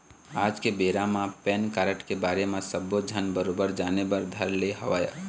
आज के बेरा म पेन कारड के बारे म सब्बो झन बरोबर जाने बर धर ले हवय